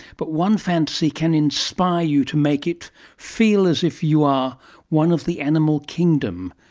but one fantasy can inspire you to make it feel as if you are one of the animal kingdom,